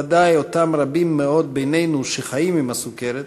ודאי אותם רבים מאוד בינינו שחיים עם הסוכרת,